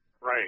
Right